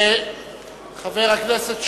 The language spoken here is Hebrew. חבר הכנסת שי,